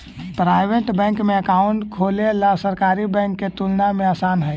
private bank में account खोलेला सरकारी बैंक के तुलना में आसान हइ